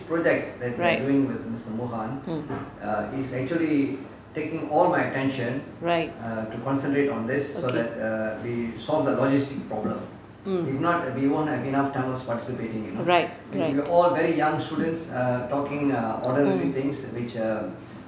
right mm right okay mm right right